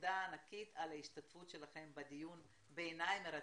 תודה ענקית על ההשתתפות שלכם בדיון שבעיניי היה מרתק.